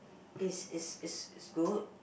it's it's it's it's good